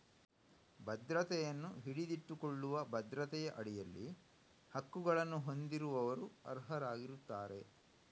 ಭದ್ರತೆಯನ್ನು ಹಿಡಿದಿಟ್ಟುಕೊಳ್ಳುವ ಭದ್ರತೆಯ ಅಡಿಯಲ್ಲಿ ಹಕ್ಕುಗಳನ್ನು ಹೊಂದಿರುವವರು ಅರ್ಹರಾಗಿರುತ್ತಾರೆ